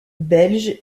belges